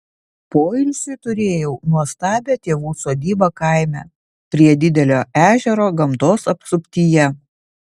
poilsiui turėjau nuostabią tėvų sodybą kaime prie didelio ežero gamtos apsuptyje